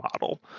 model